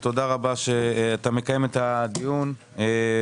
ותודה רבה שאתה מקיים את הדיון בנושא.